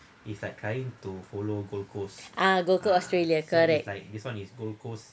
ah gold coast australia correct